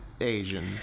Asian